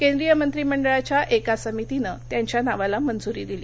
केंद्रीय मंत्रीमंडळाच्या एका समितीनं त्यांच्या नावाला मंजुरी दिली